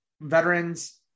veterans